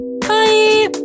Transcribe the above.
bye